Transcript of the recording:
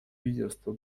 лидерство